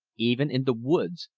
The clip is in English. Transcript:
even in the woods,